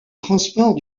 transport